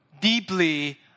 deeply